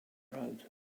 road